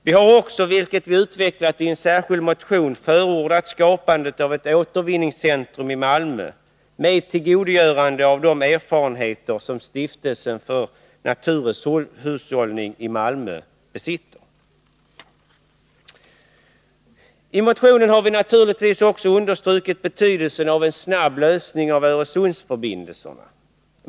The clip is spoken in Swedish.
Vi har också, vilket vi utvecklat i en särskild motion, förordat skapandet av ett återvinningscentrum i Malmö med tillgodogörande av de erfarenheter som stiftelsen för naturresurshushållning i Malmö besitter. I motionen har vi naturligtvis också understrukit betydelsen av att en snabb lösning av Öresundsförbindelserna kommer till stånd.